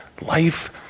Life